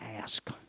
ask